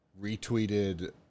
retweeted